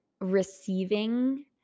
receiving